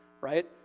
right